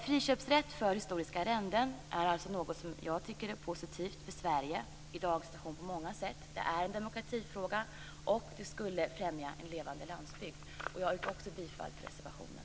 Friköpsrätt för historiska arrenden är alltså något som jag tycker är positivt på många sätt för Sverige i dagens situation. Det är en demokratifråga, och det skulle främja en levande landsbygd. Jag yrkar också bifall till reservationen.